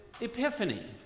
Epiphany